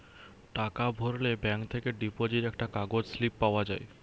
টাকা ভরলে ব্যাঙ্ক থেকে ডিপোজিট একটা কাগজ স্লিপ পাওয়া যায়